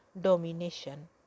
domination